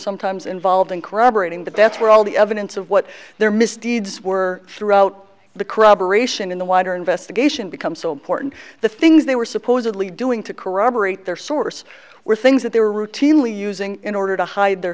sometimes involved in corroborating that that's where all the evidence of what their misdeeds were throughout the corroboration in the wider investigation become so important the things they were supposedly doing to corroborate their source were things that they were routinely using in order to hide their